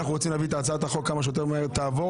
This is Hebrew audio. אנחנו רוצים להביא את הצעת החוק שתעבור כמה שיותר מהר על